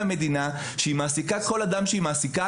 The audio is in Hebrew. המדינה שהיא מעסיקה וכל אדם היא מעסיקה,